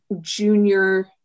junior